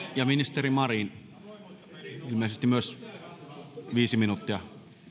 ja ministeri marin ilmeisesti myös viisi minuuttia